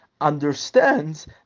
understands